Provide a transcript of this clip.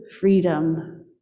freedom